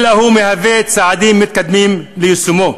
אלא הוא מהווה צעדים מתקדמים ליישומו.